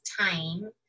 time